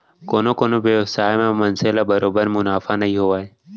कोनो कोनो बेवसाय म मनसे ल बरोबर मुनाफा नइ होवय